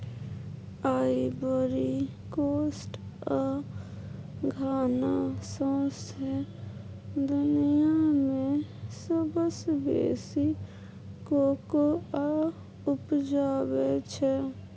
Ivory Coast आ Ghana सौंसे दुनियाँ मे सबसँ बेसी कोकोआ उपजाबै छै